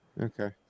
Okay